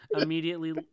immediately